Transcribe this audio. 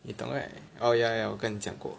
你懂 right oh yeah yeah 我跟你讲过